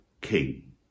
king